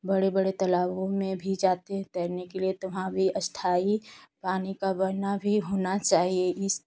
बड़े बड़े तालाबों में भी जाते हैं तैरने के लिए तो वहाँ भी अस्थायी पानी का बहना भी होना चाहिए इस